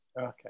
Okay